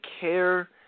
care